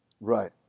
Right